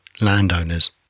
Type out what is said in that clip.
landowners